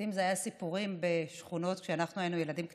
לעיתים היו סיפורים בשכונות כשאנחנו היינו ילדים קטנים,